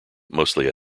mostly